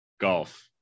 golf